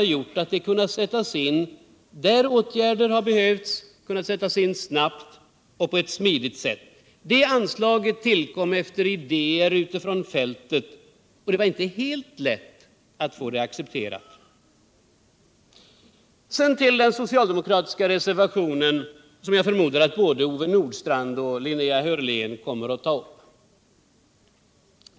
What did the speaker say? hur gjort att det kunnat sättas in där åtgärder behövts, och det har kunnat sättas in på ett snabbt och smidigt sätt. Det anslaget tillkom efter ideér från dem som är verksanmnra ute på fältet, och —- lät mig säga det — det var inte helt läv att få det accepterat. Så ull den socialdemokratiska reservationen, som jag förmodar att bäde Ove Nordstrandh och Linnea Hörlén kommer att ta upp.